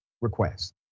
requests